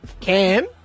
Cam